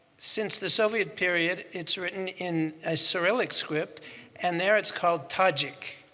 since the soviet period it's written in ah cyrillic script and there it's called tajik.